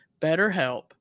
BetterHelp